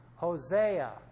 Hosea